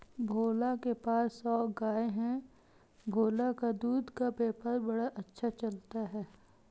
भोला के पास सौ गाय है भोला का दूध का व्यापार बड़ा अच्छा चलता है